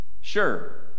Sure